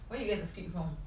where you get the script from